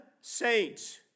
saints